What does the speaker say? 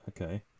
okay